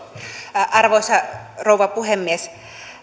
arvoisa rouva puhemies